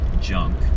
junk